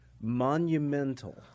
Monumental